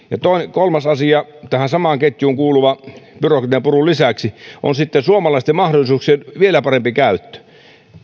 kolmas tähän samaan ketjuun kuuluva asia byrokratian purun lisäksi on sitten suomalasten mahdollisuuksien vielä parempi käyttö